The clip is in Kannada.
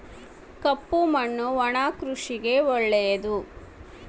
ಕಪ್ಪು ಮಣ್ಣು ಒಣ ಕೃಷಿಗೆ ಒಳ್ಳೆಯದು